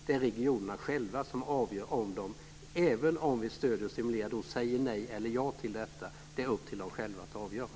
Det är regionerna själva som avgör om de vill säga ja eller nej till detta, även om vi stöder och stimulerar. Det är upp till dem själva att avgöra.